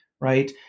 right